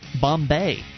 Bombay